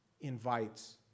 invites